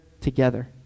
together